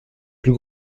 plus